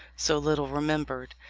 so little remembered.